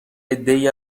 عدهای